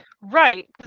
right